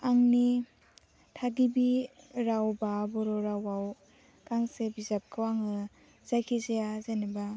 आंनि थागिबि राव बा बर' रावाव गांसे बिजाबखौ आङो जायखिजाया जेनेबा